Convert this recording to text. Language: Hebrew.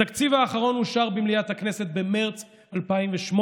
התקציב האחרון אושר במליאת הכנסת במרץ 2018,